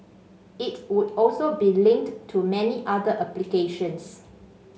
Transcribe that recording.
it would also be linked to many other applications